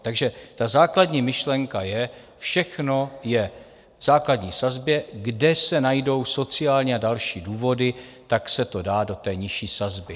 Takže ta základní myšlenka je, všechno je v základní sazbě, kde se najdou sociální a další důvody, tak se to dá do té nižší sazbě.